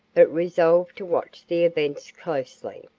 but resolved to watch the events closely.